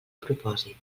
propòsit